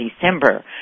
December